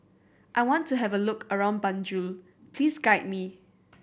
I want to have a look around Banjul please guide me